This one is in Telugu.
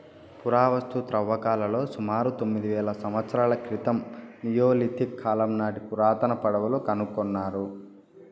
పురావస్తు త్రవ్వకాలలో సుమారు తొమ్మిది వేల సంవత్సరాల క్రితం నియోలిథిక్ కాలం నాటి పురాతన పడవలు కనుకొన్నారు